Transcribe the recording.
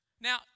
Now